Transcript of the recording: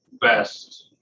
best